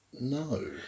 no